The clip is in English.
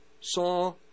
Saw